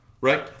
right